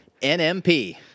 NMP